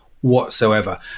whatsoever